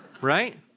right